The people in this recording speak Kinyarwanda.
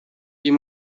uyu